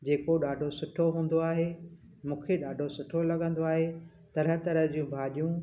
जेको ॾाढो सुठो हूंदो आहे मूंखे ॾाढो सुठो लॻंदो आहे तरह तरह जूं भाॼियूं